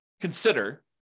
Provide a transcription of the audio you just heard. consider